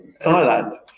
Thailand